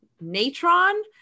natron